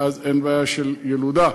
ואז אין בעיה של ילודה,